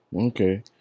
Okay